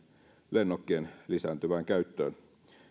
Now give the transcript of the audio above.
lennokkien lisääntyvään käyttöön